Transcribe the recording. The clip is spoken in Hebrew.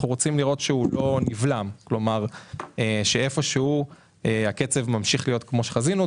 אנחנו רוצים לראות שהקצב ממשיך להיות כמו שחזינו,